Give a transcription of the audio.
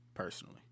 personally